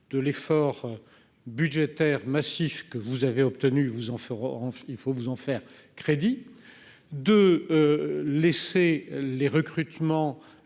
de l'effort budgétaire massif que vous avez obtenus, vous en feront, il faut vous en faire crédit de laisser les recrutements